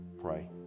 pray